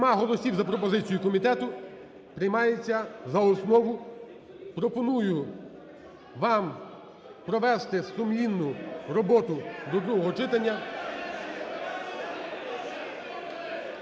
Нема голосів за пропозицію комітету. Приймається за основу, пропоную вам провести сумлінну роботу до другого читання.